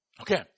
Okay